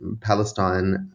Palestine